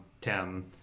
Tim